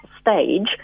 stage